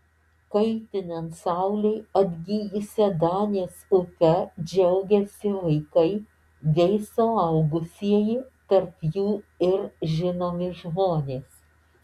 kaitinant saulei atgijusia danės upe džiaugiasi vaikai bei suaugusieji tarp jų ir žinomi žmonės